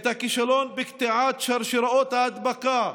הכישלון בקטיעת שרשרות ההדבקה,